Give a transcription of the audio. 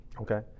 Okay